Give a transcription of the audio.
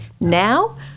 Now